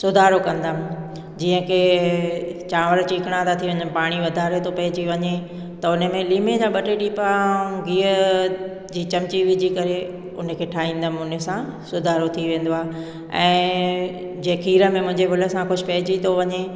सुधारो कंदमि जीअं कि चांवर चिकणा था थी वञनि पाणी वधारे थो पइजी वञे त उन में लीमे जा ॿ टे टेपा ऐं गिह जी चमिची विझी करे उन खे ठाहींदमि उन सां सुधारो थी वेंदो आहे ऐं जे खीर में मुंहिंजे भुल सां कुझु पइजी थो वञे